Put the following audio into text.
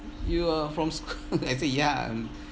you're from sch~ ~ I say ya I'm